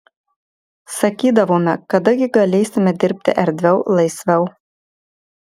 sakydavome kada gi galėsime dirbti erdviau laisviau